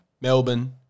Melbourne